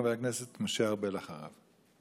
חבר הכנסת משה ארבל, אחריו.